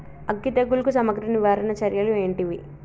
అగ్గి తెగులుకు సమగ్ర నివారణ చర్యలు ఏంటివి?